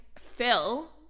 phil